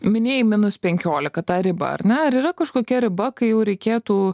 minėjai minus penkiolika tą ribą ar ne ar yra kažkokia riba kai jau reikėtų